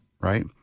right